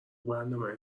برنامه